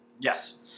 Yes